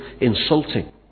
insulting